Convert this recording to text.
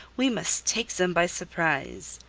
we must take them by surprise.